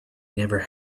never